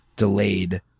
delayed